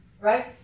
Right